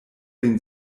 den